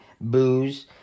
booze